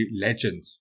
legend